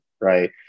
right